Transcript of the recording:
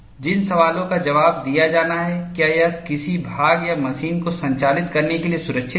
जिन सवालों का जवाब दिया जाना है क्या यह किसी भाग या मशीन को संचालित करने के लिए सुरक्षित है